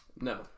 No